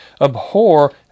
abhor